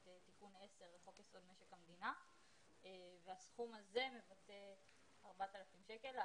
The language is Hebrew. תיקון 10 לחוק יסוד משק המדינה והסכום הזה מבטא 4,000 שקלים.